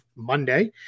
Monday